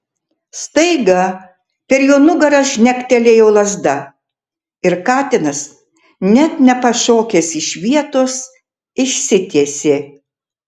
staiga per jo nugarą žnektelėjo lazda ir katinas net nepašokęs iš vietos išsitiesė